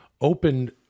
opened